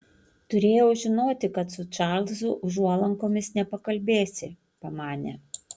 turėjau žinoti kad su čarlzu užuolankomis nepakalbėsi pamanė